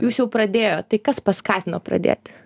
jūs jau pradėjot tai kas paskatino pradėti